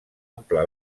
ampla